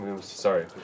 sorry